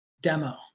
demo